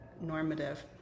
normative